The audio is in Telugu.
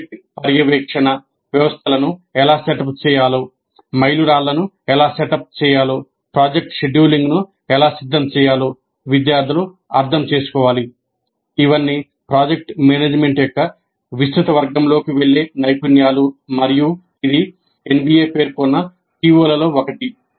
ప్రాజెక్ట్ పర్యవేక్షణ వ్యవస్థలను ఎలా సెటప్ చేయాలో మైలురాళ్లను ఎలా సెటప్ చేయాలో ప్రాజెక్ట్ షెడ్యూలింగ్ను ఎలా సిద్ధం చేయాలో విద్యార్థులు అర్థం చేసుకోవాలి ఇవన్నీ ప్రాజెక్ట్ మేనేజ్మెంట్ యొక్క విస్తృత వర్గంలోకి వెళ్ళే నైపుణ్యాలు మరియు ఇది NBA పేర్కొన్న PO లలో ఒకటి